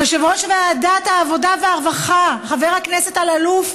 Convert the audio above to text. יושב-ראש ועדת העבודה והרווחה חבר הכנסת אלאלוף,